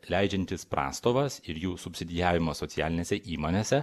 leidžiantys prastovas ir jų subsidijavimą socialinėse įmonėse